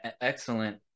excellent